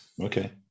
okay